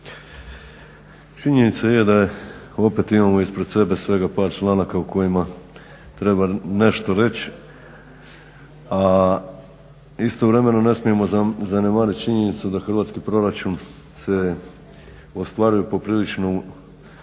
činjenica je da opet imamo svega par članaka o kojima treba nešto reći, a istovremeno ne smijemo zanemariti činjenicu da hrvatski proračun se ostvaruje popriličan prihod